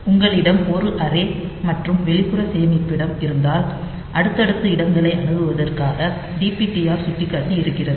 உங்களிடம் ஒரு அரே மற்றும் வெளிப்புற சேமிப்பிடம் இருந்தால் அடுத்தடுத்த இடங்களை அணுகுவதற்காக டிபிடிஆர் சுட்டிக்காட்டி இருக்கிறது